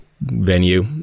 venue